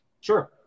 Sure